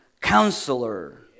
Counselor